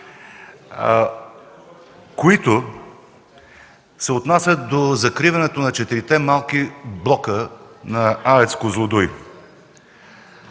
които се отнасят до закриването на четирите малки блока на АЕЦ „Козлодуй”.